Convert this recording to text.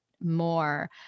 more